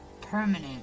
permanent